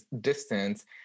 distance